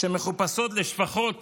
שמחופשות לשפחות